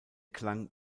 klang